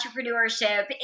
entrepreneurship